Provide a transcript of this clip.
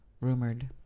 rumored